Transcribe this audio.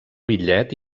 bitllet